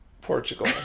Portugal